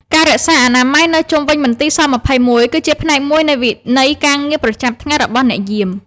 ការរក្សាអនាម័យនៅជុំវិញមន្ទីរស-២១ គឺជាផ្នែកមួយនៃវិន័យការងារប្រចាំថ្ងៃរបស់អ្នកយាម។